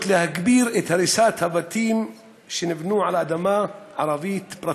להגביר את הריסת הבתים שנבנו על אדמה ערבית פרטית.